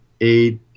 eight